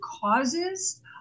causes